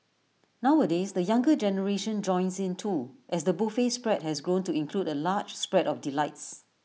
nowadays the younger generation joins in too as the buffet spread has grown to include A large spread of delights